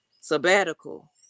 sabbatical